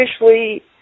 officially